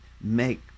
make